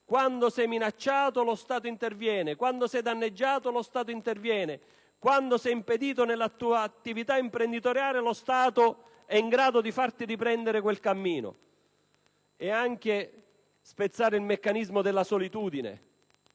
Quando si è minacciati, lo Stato interviene. Quando si è danneggiati, lo Stato interviene. Quando si è impediti nella propria attività imprenditoriale, lo Stato è in grado di far riprendere il cammino. Si riuscì anche a spezzare il meccanismo della solitudine,